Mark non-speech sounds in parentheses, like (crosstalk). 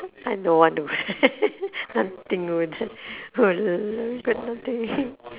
I don't want to go there (laughs) nothing over there go there already got nothing